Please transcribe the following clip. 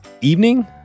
evening